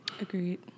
Agreed